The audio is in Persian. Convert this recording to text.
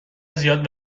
زیاد